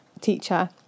teacher